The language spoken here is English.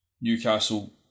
Newcastle